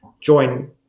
join